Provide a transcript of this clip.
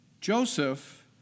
Joseph